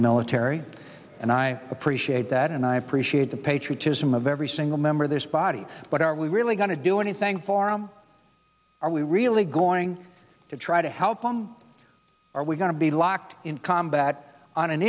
the military and i appreciate that and i appreciate the patriotism of every single member of this body but are we really going to do anything for him are we really going to try to help them are we going to be locked combat on an